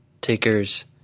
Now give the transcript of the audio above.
takers